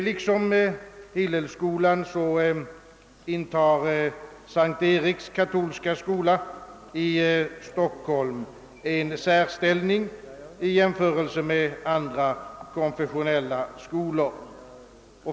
Liksom Hillelskolan intar S:t Eriks katolska skola i Stockholm en särställning i jämförelse med andra konfessionella skolor.